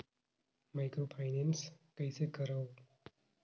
Microfinance कइसे करव?